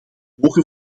hoge